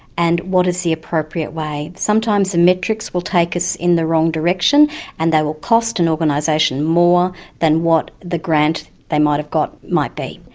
and what is the appropriate way? sometimes the metrics will take us in the wrong direction and they will cost an organisation more than what the grant they might have got might be.